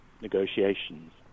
negotiations